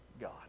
God